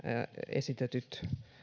esitetyt